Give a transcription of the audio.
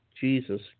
Jesus